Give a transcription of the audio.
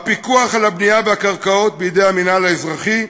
הפיקוח על הבנייה והקרקעות בידי המינהל האזרחי,